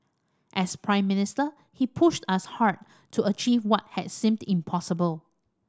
as Prime Minister he pushed us hard to achieve what had seemed impossible